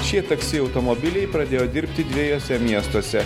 šie taksi automobiliai pradėjo dirbti dviejuose miestuose